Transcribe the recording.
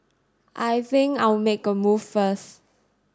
I think I'll make a move first